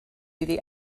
iddi